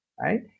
right